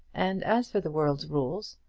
and as for the world's rules,